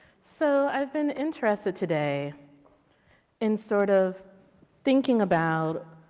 so i have been interested today in sort of thinking about